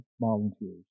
volunteers